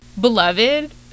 Beloved